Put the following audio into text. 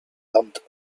armed